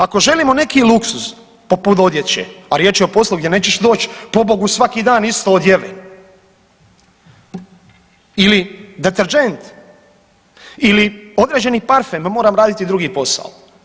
Ako želimo neki luksuz poput odjeće, a riječ je o poslu gdje nećeš doći pobogu svaki dan isto odjeven ili deterdžent ili određeni parfem, moram raditi drugi posao.